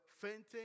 fainting